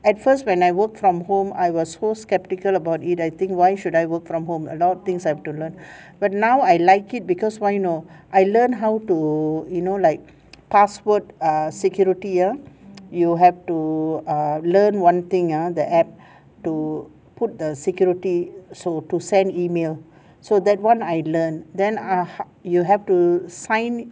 at first when I work from home I was so skeptical about it I think why should I work from home a lot of things I have to learn but now I like it because why know I learned how to you know like password err security ah you have to err learn one thing ah the app to put the security so to send email so that one I learn then ah you have to sign